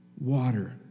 Water